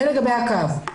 זה לגבי הקו.